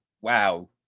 wow